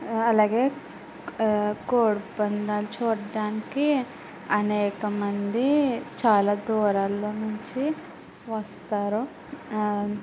అలాగే కోడి పందాలు చూడ్డానికి అనేక మందీ చాలా దూరాల నుంచి వస్తారు